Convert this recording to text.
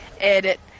Edit